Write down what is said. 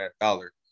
dollar